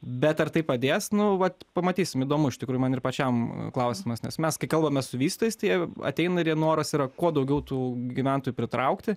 bet ar tai padės nu vat pamatysim įdomu iš tikrųjų man ir pačiam klausimas nes mes kai kalbame su vystojais tie jie ateina ir jie noras yra kuo daugiau tų gyventojų pritraukti